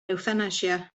ewthanasia